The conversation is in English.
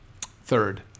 Third